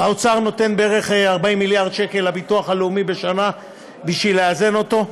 האוצר נותן בערך 40 מיליארד שקל לביטוח הלאומי בשנה בשביל לאזן אותו.